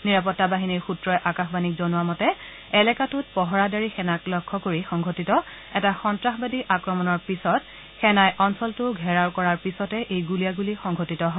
নিৰাপত্তা বাহিনীৰ সূত্ৰই আকাশবাণীক জনোৱা মতে এলেকাটোত পহৰাদাৰী সেনাক লক্ষ্য কৰি সংঘটিত এটা সন্তাসবাদী আক্ৰমণৰ পিছত সেনাই অঞ্চলটো ঘেৰাও কৰাৰ পিছতে এই গুলীয়াগুলী সংঘটিত হয়